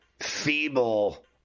feeble